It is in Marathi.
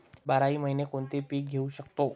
बाराही महिने कोणते पीक घेवू शकतो?